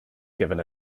given